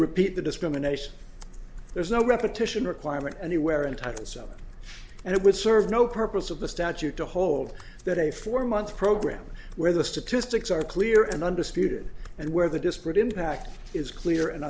repeat the discrimination there is no repetition requirement anywhere in type itself and it would serve no purpose of the statute to hold that a four month program where the statistics are clear and undisputed and where the disparate impact is clear and